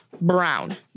brown